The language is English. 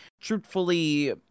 truthfully